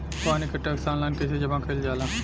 पानी क tax online कईसे जमा कईल जाला?